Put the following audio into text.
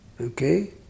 Okay